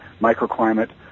microclimate